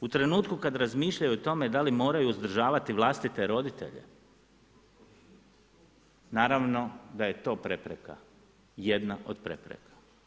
U trenutku kad razmišljaju o tome da li moraju uzdržavati vlastiti roditelje, naravno da je to prepreka, jedna od prepreka.